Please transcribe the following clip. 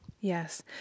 yes